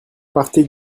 partez